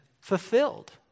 fulfilled